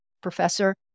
Professor